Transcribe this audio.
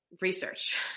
research